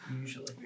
usually